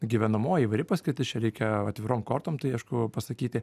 gyvenamoji įvairi paskirtis čia reikia atvirom kortom tai aišku pasakyti